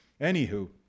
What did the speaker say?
Anywho